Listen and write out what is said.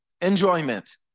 enjoyment